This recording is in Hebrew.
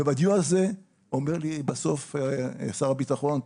ובדיון הזה אומר לי בסוף שר הביטחון,